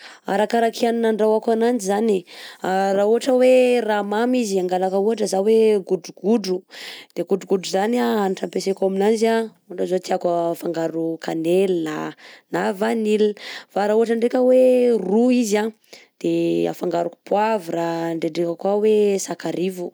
Arakaraka hanina andrahoako ananjy zany e,raha ohatra hoe raha mamy izy angalaka ohatra zaho hoe: godrogodro, de godrogodro zany a hanitra ampeseko aminanjy a ohatra zao tiako afangaro cannelle a na vanille, fa raha ohatra ndreka hoe ro izy an de afangaroko poavra ndrendreka koà hoe sakarivo.